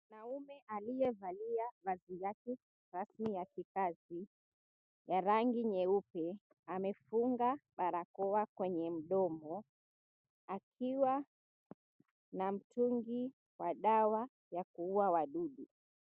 Mwanaume aliyevalia vazi yake rasmi ya kikazi, ya rangi nyeupe. Amefunga barakoa kwenye mdomo, akiwa na mtungi wa dawa ya kuua wadudu.